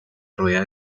rueda